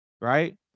Right